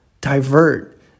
divert